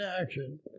action